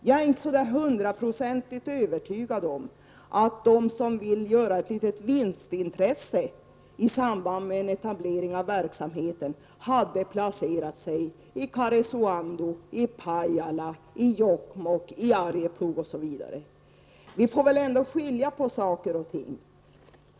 Jag är inte hundraprocentigt övertygad om att de som har ett vinstintresse i samband med en etablering av en verksamhet, skulle placera sig i Karesuando, Pajala, Jokkmokk, Arjeplog osv. Vi måste skilja på saker och ting.